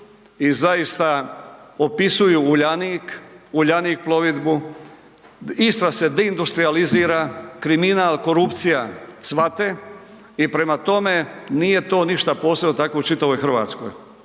i zaista opisuju Uljanik, Uljanik plovidbu, Istra se industrijalizira, kriminal, korupcija cvate i prema tome nije to ništa posebno, tako je u čitavoj Hrvatskoj.